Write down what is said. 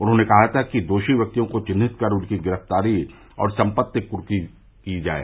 उन्होंने कहा था कि दोषी व्यक्तियों को चिन्हित कर उनकी गिरफ्तारी और सम्पत्ति कर्क की जाये